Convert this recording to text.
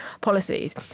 policies